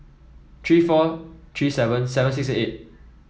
three four three seven seven six six eight